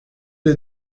les